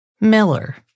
Miller